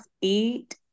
eat